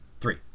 Three